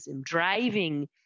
driving